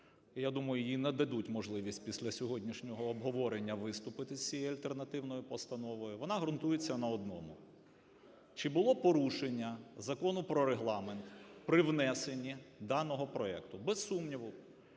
я думаю, їй нададуть можливість після сьогоднішнього обговорення виступити з цією альтернативною постановою. Вона ґрунтується на одному. Чи було порушення Закону про Регламент при внесенні даного проекту? Без сумніву,